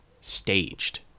staged